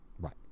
Right